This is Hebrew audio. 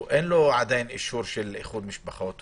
אין לו עדיין הגדרה של איחוד משפחות.